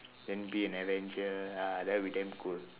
then be an avenger ah that will be damn cool